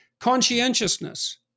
Conscientiousness